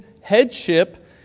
headship